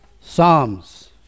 Psalms